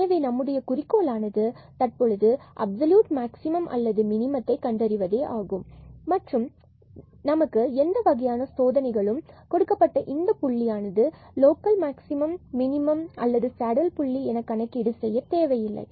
எனவே நம்முடைய குறிக்கோள் ஆனது தற்பொழுது அப்சல்யூட் மேக்ஸிமம் அல்லது மினிமத்தை கண்டறிவது ஆகும் மற்றும் எனவே நமக்கு எந்த வகையான சோதனைகளும் கொடுக்கப்பட்ட இந்த புள்ளியானது லோக்கல் மேக்ஸிமம் மினிமம் அல்லது சேடல் புள்ளி என கணக்கீடு செய்ய தேவையில்லை